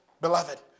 beloved